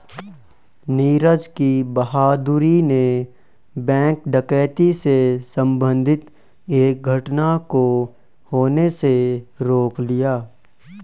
नीरज की बहादूरी ने बैंक डकैती से संबंधित एक घटना को होने से रोक लिया